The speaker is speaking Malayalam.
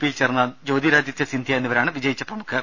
പിയിൽ ചേർന്ന ജ്യോതിരാദിത്യ സിന്ധ്യ എന്നിവരാണ് വിജയിച്ച പ്രമുഖർ